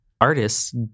artists